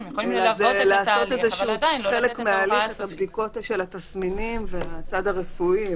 אלא לעשות חלק מההליך של הבדיקות של התסמינים והצד הרפואי.